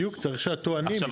עכשיו,